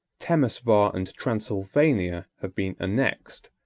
temeswar and transylvania have been annexed,